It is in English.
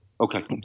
Okay